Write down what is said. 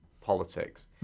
politics